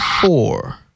four